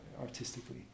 artistically